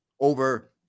over